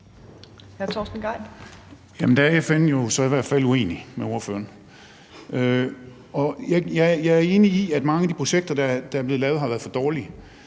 i hvert fald uenig med ordføreren. Jeg er enig i, at mange af de projekter, der er blevet lavet, har været for dårlige,